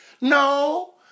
No